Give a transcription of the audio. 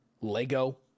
lego